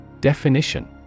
Definition